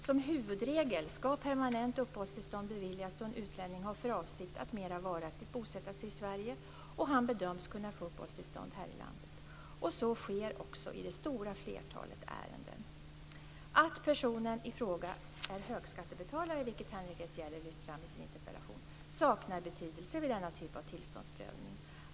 Som huvudregel ska permanent uppehållstillstånd beviljas då en utlänning har för avsikt att mera varaktigt bosätta sig i Sverige och han bedöms kunna få uppehållstillstånd här i landet. Så sker också i det stora flertalet ärenden. Att personen i fråga är högskattebetalare, vilket Henrik S Järrel lyft fram i sin interpellation, saknar betydelse vid denna typ av tillståndsprövning.